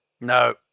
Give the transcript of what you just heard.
No